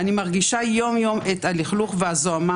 אני מרגישה יום-יום את הלכלוך והזוהמה,